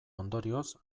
ondorioz